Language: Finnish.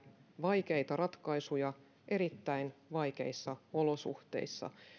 vaikeita ratkaisuja erittäin vaikeissa olosuhteissa